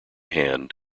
hand